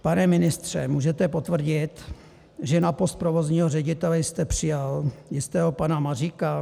Pane ministře, můžete potvrdit, že na post provozního ředitele jste přijal jistého pana Maříka?